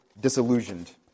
disillusioned